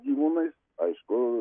gyvūnais aišku